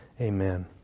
Amen